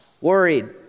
worried